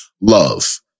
love